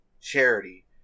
charity